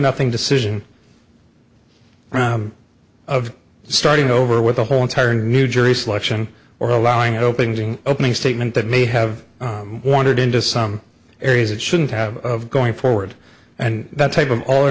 nothing decision of starting over with a whole entire new jury selection or allowing an opening opening statement that may have wandered into some areas it shouldn't have going forward and that type of all or